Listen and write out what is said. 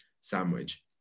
sandwich